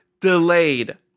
delayed